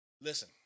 listen